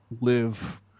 live